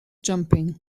jumping